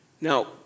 Now